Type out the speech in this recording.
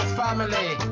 family